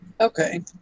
Okay